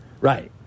Right